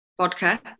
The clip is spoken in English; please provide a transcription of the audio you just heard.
Vodka